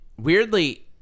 weirdly